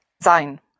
sein